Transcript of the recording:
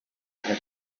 had